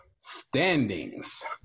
standings